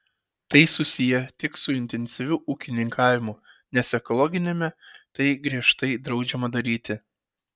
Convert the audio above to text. tai susiję tik su intensyviu ūkininkavimu nes ekologiniame tai griežtai draudžiama daryti